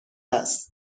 است